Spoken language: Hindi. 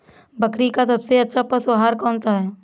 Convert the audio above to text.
बकरी का सबसे अच्छा पशु आहार कौन सा है?